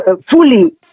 fully